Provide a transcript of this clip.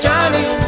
Johnny